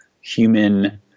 human